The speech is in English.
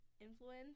influence